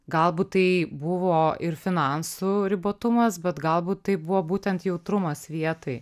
galbūt tai buvo ir finansų ribotumas bet galbūt tai buvo būtent jautrumas vietai